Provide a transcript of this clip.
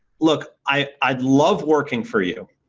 look, i'd love working for you.